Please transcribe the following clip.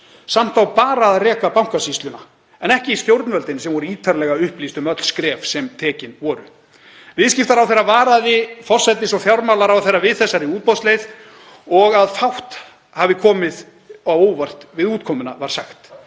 Samt á bara að reka Bankasýsluna en ekki stjórnvöldin sem voru ítarlega upplýst um öll skref sem tekin voru. Viðskiptaráðherra varaði forsætisráðherra og fjármálaráðherra við þessari útboðsleið og var sagt að fátt hefði komið á óvart við útkomuna.